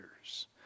years